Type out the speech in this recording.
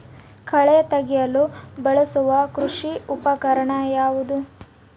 ಕಳೆ ತೆಗೆಯಲು ಬಳಸುವ ಕೃಷಿ ಉಪಕರಣ ಯಾವುದು?